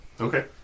Okay